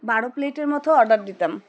বারো প্লেটের মতো অর্ডার দিতাম